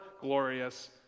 glorious